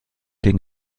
den